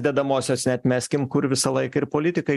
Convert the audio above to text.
dedamosios neatmeskim kur visą laiką ir politikai